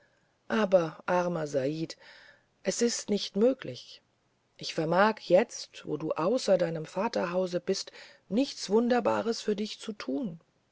aber armer said es ist nicht möglich ich vermag jetzt wo du außer deinem vaterhause bist nichts wunderbares für dich zu tun